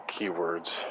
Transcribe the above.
keywords